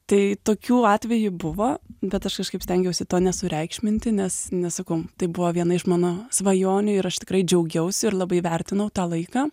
tai tokių atvejų buvo bet aš kažkaip stengiausi to nesureikšminti nes nes sakau tai buvo viena iš mano svajonių ir aš tikrai džiaugiausi ir labai vertinau tą laiką